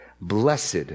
blessed